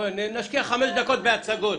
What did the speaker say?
נשקיע חמש דקות בהצגות.